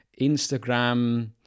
Instagram